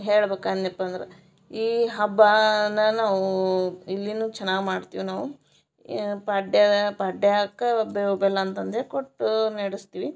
ಹೇಳ್ಬೇಕು ಅಂದನಪ್ಪ ಅಂದ್ರೆ ಈ ಹಬ್ಬನ ನಾವು ಇಲ್ಲಿನು ಚೆನ್ನಾಗಿ ಮಾಡ್ತಿವಿ ನಾವು ಪಾಡ್ಯ ಪಾಡ್ಯಕ್ಕ ಬೇವು ಬೆಲ್ಲ ಅಂತಂದು ಹೇಳ್ ಕೊಟ್ಟು ನಡೆಸ್ತೀವಿ